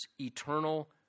eternal